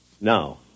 Now